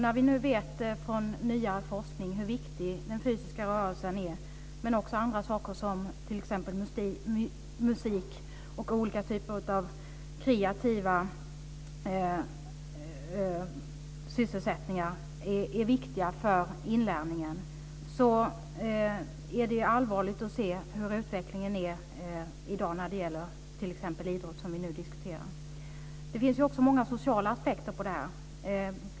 När vi nu från nyare forskning vet hur viktig den fysiska rörelsen är, men också musik och andra typer av kreativa sysselsättningar, för inlärningen är det allvarligt att se hur utvecklingen är i dag när det gäller t.ex. idrott, som vi nu diskuterar. Det finns också många sociala aspekter på det här.